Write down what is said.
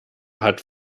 hat